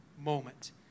moment